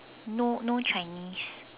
no no Chinese